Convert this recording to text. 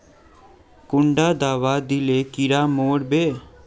कुंडा दाबा दिले कीड़ा मोर बे?